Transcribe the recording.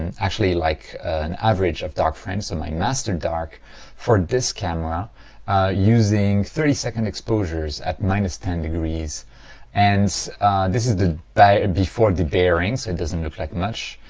and actually like an average of dark frames so my master dark for this camera using thirty second exposures at minus ten degrees and this is the and before debayering so it doesn't look like much.